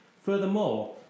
Furthermore